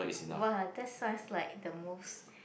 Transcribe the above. !wah! that science like the most